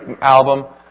album